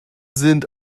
sind